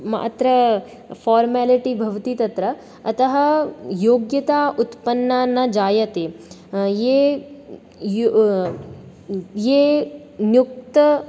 मात्र फ़ार्मालिटि भवति तत्र अतः योग्यता उत्पन्ना न जायते ये यो ये नियुक्त